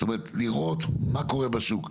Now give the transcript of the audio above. זאת אומרת, לראות מה קורה בשוק.